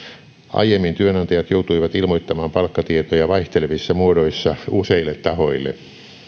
aiemmin työnantajat joutuivat ilmoittamaan palkkatietoja vaihtelevissa muodoissa useille tahoille